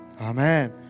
Amen